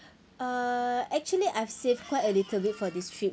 uh actually I've saved quite a little bit for this trip